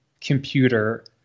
computer